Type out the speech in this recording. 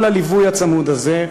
כל הליווי הצמוד הזה.